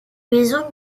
maisons